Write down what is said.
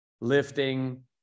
lifting